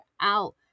out